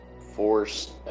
force